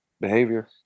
behavior